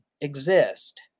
exist